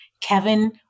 Kevin